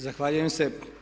Zahvaljujem se.